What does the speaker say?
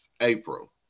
April